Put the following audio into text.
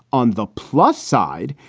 on the plus side,